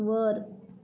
वर